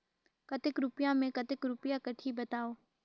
कतेक रुपिया मे कतेक रुपिया कटही बताव?